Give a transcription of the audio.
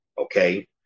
okay